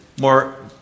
more